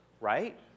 right